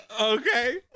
Okay